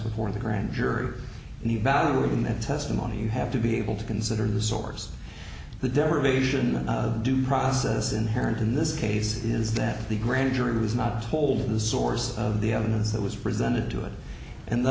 before the grand jury and evaluate in that testimony you have to be able to consider the source the deprivation the due process inherent in this case is that the grand jury was not told the source of the evidence that was presented to it and th